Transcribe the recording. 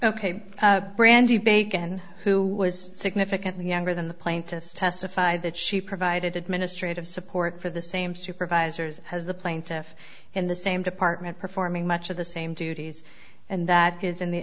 ok brandy bacon who was significantly younger than the plaintiffs testified that she provided administrative support for the same supervisors as the plaintiff in the same department performing much of the same duties and that is in the